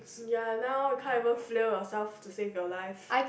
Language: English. ya now you can't even flail yourself to save your life